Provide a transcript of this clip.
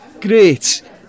Great